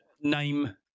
name